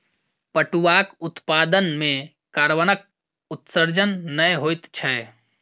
पटुआक उत्पादन मे कार्बनक उत्सर्जन नै होइत छै